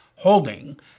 holding